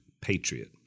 patriot